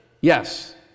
Yes